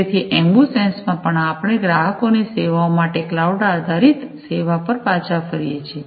તેથી એમ્બુસેંસ માં પણ આપણે ગ્રાહકોની સેવાઓ માટે ક્લાઉડઆધારીત સેવા પર પાછા ફરીએ છીએ